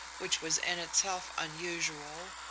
which was in itself unusual,